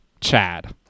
chad